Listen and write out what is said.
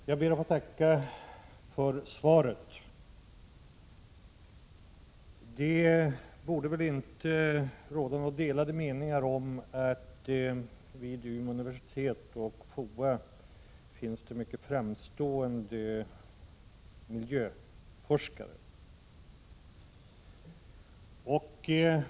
Herr talman! Jag ber att få tacka för svaret. Det borde väl inte råda några delade meningar om att det vid Umeå universitet och FOA finns mycket framstående miljöforskare.